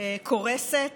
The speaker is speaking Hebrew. כבר קורסת,